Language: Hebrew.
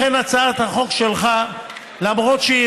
לכן, הצעת החוק שלך, למרות שהיא